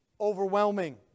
overwhelming